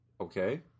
Okay